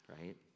right